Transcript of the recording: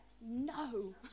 no